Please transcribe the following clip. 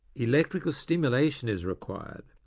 electrical stimulation is required,